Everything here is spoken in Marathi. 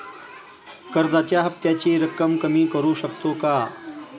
कर्जाच्या हफ्त्याची रक्कम कमी करू शकतो का?